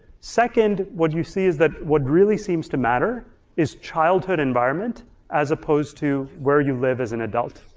second, what you see is that what really seems to matter is childhood environment as opposed to where you live as an adult.